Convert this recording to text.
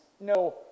no